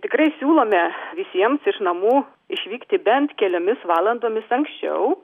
tikrai siūlome visiems iš namų išvykti bent keliomis valandomis anksčiau